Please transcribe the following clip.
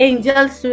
Angels